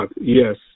Yes